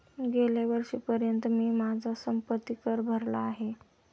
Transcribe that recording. गेल्या वर्षीपर्यंत मी माझा संपत्ति कर भरला आहे